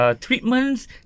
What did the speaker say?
treatments